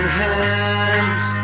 hands